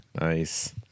Nice